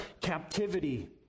captivity